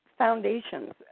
foundations